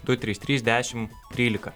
du trys trys dešim trylika